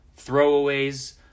throwaways